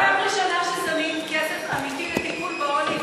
פעם ראשונה ששמים כסף אמיתי לטיפול בעוני,